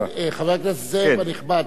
אתה אמרת ששלוש דקות זה הרבה זמן,